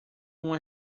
uma